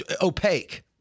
opaque